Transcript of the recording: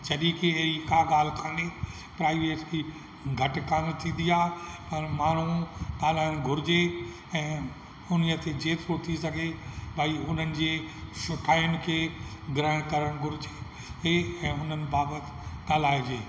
जॾहिं के अहिड़ी का ॻाल्हि काने प्राईवेसी घटि कान थींदी आहे पर माण्हूं ॻाल्हाइणु घुरिजे ऐं उन्हीअ ते जेतिरो थी सघे भाई उन्हनि जे सुठायुनि खे ग्रहण करणु घुरिजे ऐं उन्हनि बाबति ॻाल्हाइजे